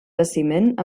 jaciment